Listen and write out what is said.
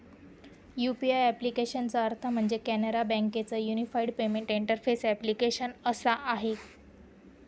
UPI ॲप्लिकेशनचा अर्थ म्हणजे, कॅनरा बँके च युनिफाईड पेमेंट इंटरफेस ॲप्लीकेशन असा आहे